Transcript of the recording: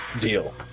deal